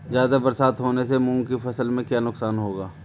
ज़्यादा बरसात होने से मूंग की फसल में क्या नुकसान होगा?